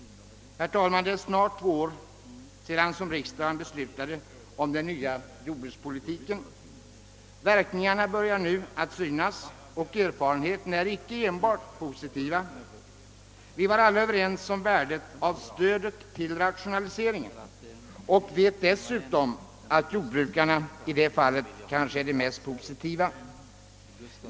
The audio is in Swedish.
Herr talman! Det är snart två år sedan riksdagen beslutade om den nya jordbrukspolitiken. Verkningarna börjar nu synas och erfarenheterna är inte enbart positiva. Vi var alla överens om värdet av stödet till rationalisering och vet dessutom att jordbrukarna själva är de mest positiva.